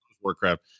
Warcraft